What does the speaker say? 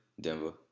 Denver